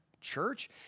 church